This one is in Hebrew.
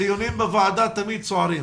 הדיונים בוועדה תמיד סוערים.